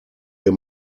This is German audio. wir